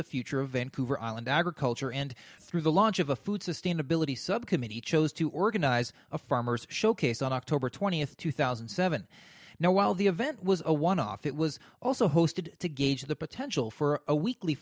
the future of vancouver island agriculture and through the launch of a food sustainability subcommittee chose to organize a farmers showcase on october twentieth two thousand and seven now while the event was a one off it was also hosted to gauge the potential for a weekly